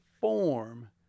form